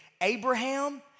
Abraham